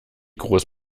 groß